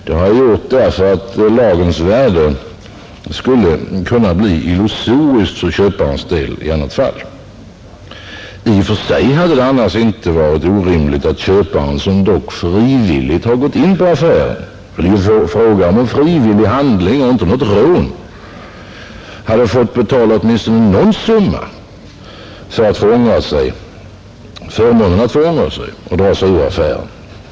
Det har jag gjort därför att lagens värde i annat fall skulle kunna bli illusoriskt för köparens del, I och för sig hade det annars inte alls varit orimligt att köparen, som dock frivilligt gett sig in på affären — det är ju fråga om en frivillig handling och inte något rån eller något liknande — fått betala åtminstone någon summa för förmånen att få ångra sig och dra sig ur affären.